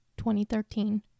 2013